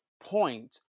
point